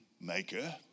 maker